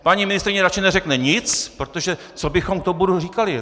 Paní ministryně radši neřekne nic, protože co bychom k tomu bodu říkali?